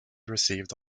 received